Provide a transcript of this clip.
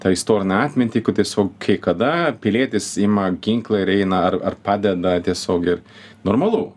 tą istorinę atmintį kur tiesiog kai kada pilietis ima ginklą ir eina ar ar padeda tiesiog ir normalu